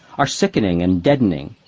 are sickening and deadening.